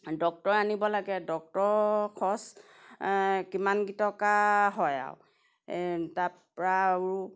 doctor আনিব লাগে doctor খৰচ কিমান কেই টকা হয় আৰু তাৰপৰা আৰু